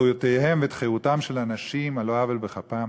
זכויותיהם ואת חירותם של אנשים על לא עוול בכפם,